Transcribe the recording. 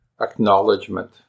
acknowledgement